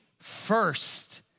first